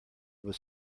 was